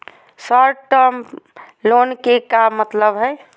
Short term loan के का मतलब हई?